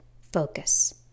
Focus